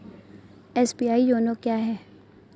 SBI YONO क्या है?